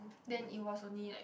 then it was only like